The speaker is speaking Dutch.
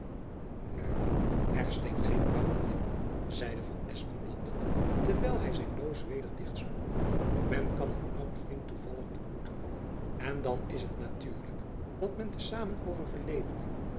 nu er steekt geen kwaad in zeide van espenblad terwijl hy zijn doos weder dicht sloeg men kan een oud vriend toevallig ontmoeten en dan is het natuurlijk dat men te samen